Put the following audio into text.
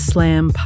Slam